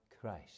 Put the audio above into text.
Christ